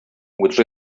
which